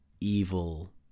evil